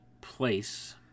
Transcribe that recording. place